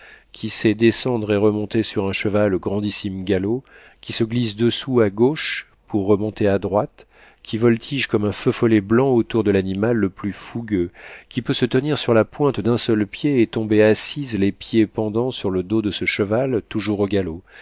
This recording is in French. qui sait descendre et remonter sur un cheval au grandissime galop qui se glisse dessous à gauche pour remonter à droite qui voltige comme un feu follet blanc autour de l'animal le plus fougueux qui peut se tenir sur la pointe d'un seul pied et tomber assise les pieds pendants sur le dos de ce cheval toujours au galop